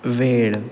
वेळ